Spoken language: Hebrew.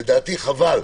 לדעתי חבל,